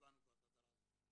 קיבלנו כבר את האזהרה הזו.